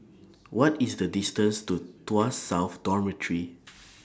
What IS The distance to Tuas South Dormitory